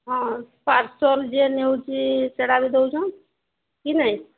ହଁ ପାର୍ସଲ ଯିଏ ନେଉଛି ସେଟା ବି ଦେଉଛ କି ନାହିଁ